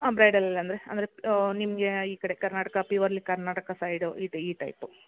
ಹಾಂ ಬ್ರೈಡಲ್ ಅಂದರೆ ಅಂದರೆ ನಿಮಗೆ ಈ ಕಡೆ ಕರ್ನಾಟಕ ಪಿವರ್ಲಿ ಕರ್ನಾಟಕ ಸೈಡ್ ಇದು ಈ ಟೈಪು